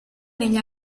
negli